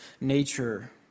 nature